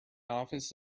office